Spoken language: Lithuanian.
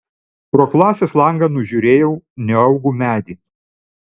pro klasės langą nužiūrėjau neaugų medį